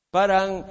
Parang